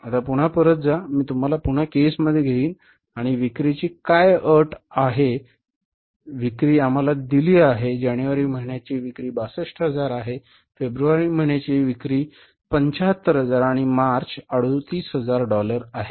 आता पुन्हा परत जा मी तुम्हाला पुन्हा केसमध्ये घेऊन जाईन आणि विक्रीची काय अट आहे विक्री आम्हाला दिली आहे जानेवारी महिन्याची विक्री 62000 आहे फेब्रुवारी महिन्यातील विक्री 75000 आणि मार्च 38000 डॉलर आहे